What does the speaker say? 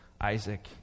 Isaac